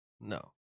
No